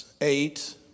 eight